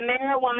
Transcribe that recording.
marijuana